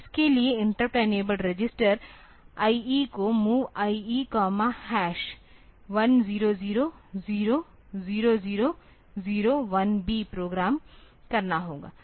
तो इसके लिए इंटरप्ट इनेबल्ड रजिस्टर IE को MOV IE 1000 0001b प्रोग्राम करना होना